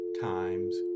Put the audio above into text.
times